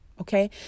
Okay